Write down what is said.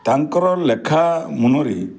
ତାଙ୍କର ଲେଖା ମୁନରେ